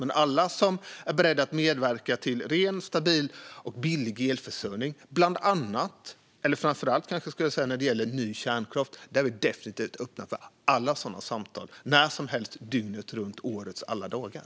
Men om man är beredd att medverka till ren, stabil och billig elförsörjning, framför allt ny kärnkraft, är vi definitivt öppna för alla sådana samtal, när som helst - dygnet runt och årets alla dagar.